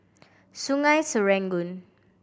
Sungei Serangoon